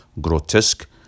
grotesque